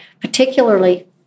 particularly